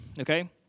Okay